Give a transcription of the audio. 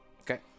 Okay